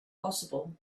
possible